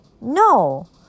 no